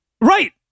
Right